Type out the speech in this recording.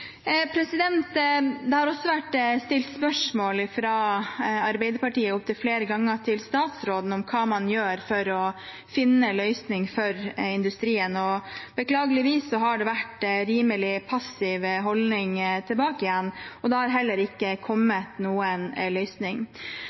Det har opptil flere ganger vært stilt spørsmål fra Arbeiderpartiet til statsråden om hva man gjør for å finne en løsning for industrien. Beklageligvis har det vært en rimelig passiv holdning tilbake, og det har heller ikke kommet noen løsning.